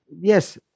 Yes